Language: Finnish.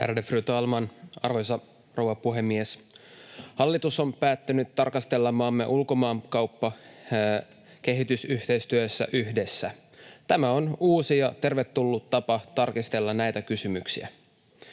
Ärade fru talman, arvoisa rouva puhemies! Hallitus on päättänyt tarkastella maamme ulkomaankauppaa ja kehitysyhteistyötä yhdessä. Tämä on uusi ja tervetullut tapa tarkastella näitä kysymyksiä.